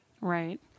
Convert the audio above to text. Right